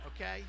Okay